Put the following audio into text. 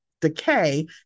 decay